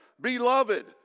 Beloved